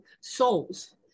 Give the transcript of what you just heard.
souls